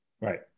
Right